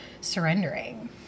surrendering